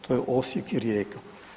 To je Osijek i Rijeka.